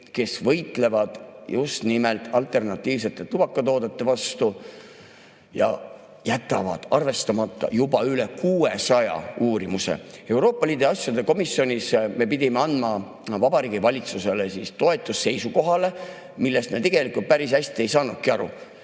kes võitleb just nimelt alternatiivsete tubakatoodete vastu ja jätab arvestamata need juba rohkem kui 600 uurimust. Euroopa Liidu asjade komisjonis me pidime andma Vabariigi Valitsusele toetuse seisukohale, millest me tegelikult päris hästi ei saanudki aru.